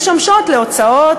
משמשות להוצאות,